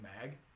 Mag